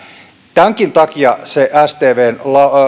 tämänkin takia se stvn